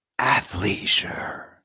Athleisure